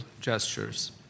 gestures